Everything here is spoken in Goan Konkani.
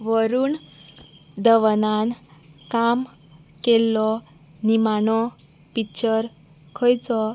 वरूण धवनान काम केल्लो निमाणो पिक्चर खंयचो